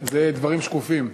זה דברים שקופים.